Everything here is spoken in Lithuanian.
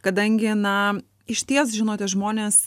kadangi na išties žino tie žmonės